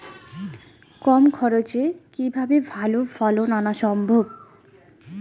কম খরচে কিভাবে ভালো ফলন আনা সম্ভব?